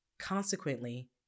Consequently